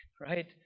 right